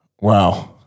Wow